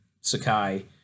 Sakai